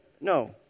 no